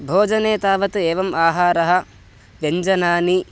भोजने तावत् एवम् आहारः व्यञ्जनानि